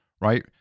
right